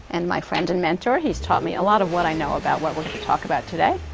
and my friend and mentor. he's taught me a lot of what i know about what we're going to talk about today.